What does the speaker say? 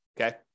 Okay